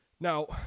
Now